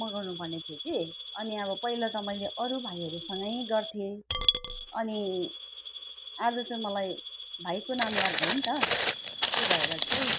म गर्नु भनेको थिएँ कि अब पहिला त मैले अरू भाइहरूसँगै गर्थेँ अनि आज चाहिँ मलाई भाइको नाम याद भयो नि त त्यो भएर चाहिँ